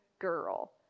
girl